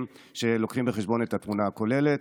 שמביאים בחשבון את התמונה הכוללת.